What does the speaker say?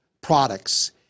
products